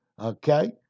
Okay